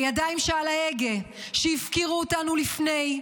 הידיים שעל ההגה הפקירו אותנו לפני,